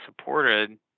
supported